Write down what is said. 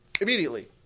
Immediately